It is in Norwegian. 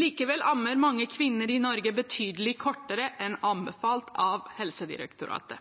Likevel ammer mange kvinner i Norge betydelig kortere enn anbefalt av Helsedirektoratet.